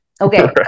Okay